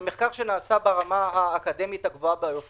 זה מחקר שנעשה ברמה האקדמית הגבוהה יותר